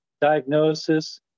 diagnosis